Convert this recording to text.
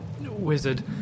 wizard